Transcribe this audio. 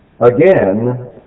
again